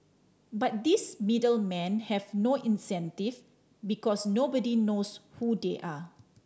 but these middle men have no incentive because nobody knows who they are